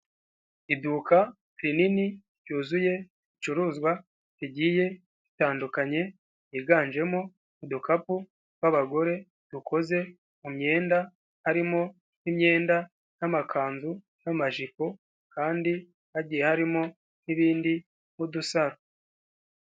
Iduka rinini ryuzuye ibicuruzwa bigiye bitandukanye, higanjemo udukapu tw'abagore dukoze mu myenda harimo nk'imyenda n'amakanzu n'amajipo kandi hagiye harimo n'ibindi nk'udusaro.